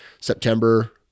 September